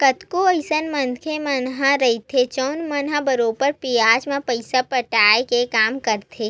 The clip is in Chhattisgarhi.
कतको अइसन मनखे मन ह रहिथे जउन मन ह बरोबर बियाज म पइसा बाटे के काम करथे